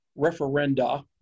referenda